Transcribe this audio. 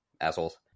assholes